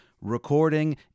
recording